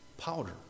powder